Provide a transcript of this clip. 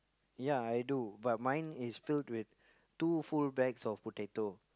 ya I do but mine is filled with two full bags of potato